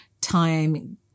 time